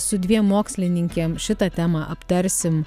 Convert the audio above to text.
su dviem mokslininkėm šitą temą aptarsim